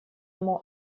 ему